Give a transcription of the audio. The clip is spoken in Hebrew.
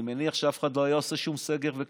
אני מניח שאף אחד לא היה עושה שום סגר וכלום.